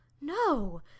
No